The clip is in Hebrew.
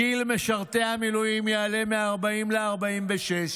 גיל משרתי המילואים יעלה מ-40 ל-46.